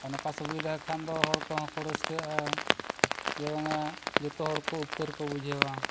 ᱟᱨ ᱱᱚᱠᱟ ᱥᱩᱵᱤᱫᱷᱟ ᱠᱷᱟᱱ ᱫᱚ ᱦᱚᱲ ᱠᱚᱦᱚᱸ ᱠᱚ ᱨᱟᱹᱥᱠᱟᱹᱜᱼᱟ ᱡᱮ ᱵᱟᱝᱟ ᱡᱚᱛᱚ ᱦᱚᱲᱠᱚ ᱩᱯᱠᱟᱹᱨ ᱠᱚ ᱵᱩᱡᱷᱟᱹᱣᱟ